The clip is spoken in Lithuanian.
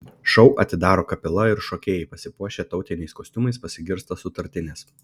šou atidaro kapela ir šokėjai pasipuošę tautiniais kostiumais pasigirsta sutartinės